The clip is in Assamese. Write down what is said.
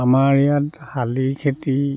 আমাৰ ইয়াত শালি খেতি